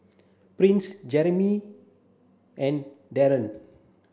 Prince Jeramy and Dereon